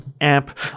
app